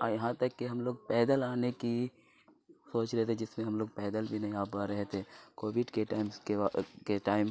اور یہاں تک کہ ہم لوگ پیدل آنے کی سوچ رہے تھے جس میں ہم لوگ پیدل بھی نہیں آ پا رہے تھے کووڈ کے ٹائمس کے کے ٹائم